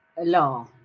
law